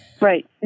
Right